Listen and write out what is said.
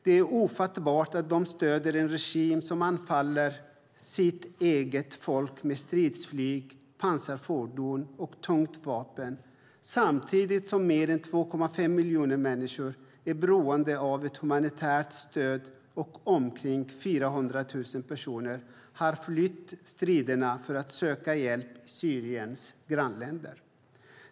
Det är ofattbart att de stöder en regim som anfaller sitt eget folk med stridsflyg, pansarfordon och tunga vapen samtidigt som mer än 2,5 miljoner människor är beroende av ett humanitärt stöd och omkring 400 000 personer har flytt striderna för att söka hjälp i Syriens grannländer.